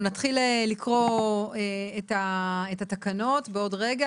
אנחנו נתחיל לקרוא את התקנות בעוד רגע,